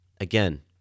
Again